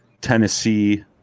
Tennessee